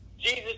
Jesus